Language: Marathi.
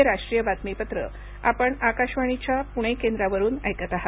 हे राष्ट्रीय बातमीपत्र आपण आकाशवाणीच्या पुणे केंद्रावरुन ऐकत आहात